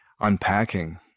unpacking